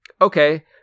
Okay